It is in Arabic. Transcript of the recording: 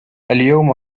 اليوم